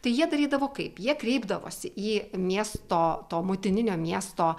tai jie darydavo kaip jie kreipdavosi į miesto to motininio miesto